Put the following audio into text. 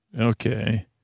Okay